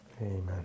Amen